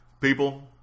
People